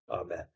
Amen